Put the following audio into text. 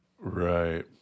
Right